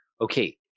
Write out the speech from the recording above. okay